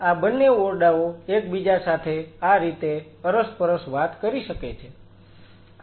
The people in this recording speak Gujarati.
તો આ બન્ને ઓરડાઓ એકબીજા સાથે આ રીતે અરસપરસ વાત કરી શકે છે